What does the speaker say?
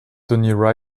tony